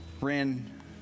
ran